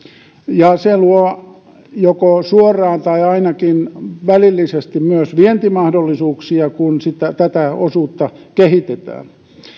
se luo joko suoraan tai ainakin välillisesti myös vientimahdollisuuksia kun tätä osuutta kehitetään